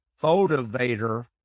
motivator